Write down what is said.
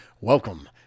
Welcome